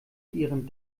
ihren